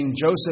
Joseph